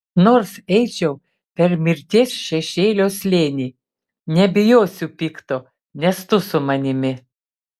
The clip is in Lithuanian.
nors eičiau per mirties šešėlio slėnį nebijosiu pikto nes tu su manimi